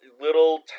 little